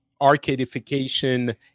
arcadification